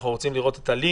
אנחנו רוצים לראות את הלינק,